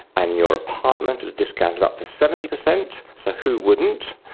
and your apartment at a discount of up to seventy percent. so who wouldn't,